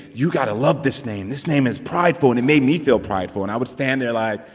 you got to love this name. this name is prideful. and it made me feel prideful, and i would stand there like,